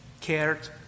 cared